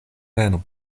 venu